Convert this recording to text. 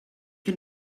can